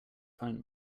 phone